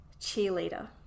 cheerleader